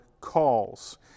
calls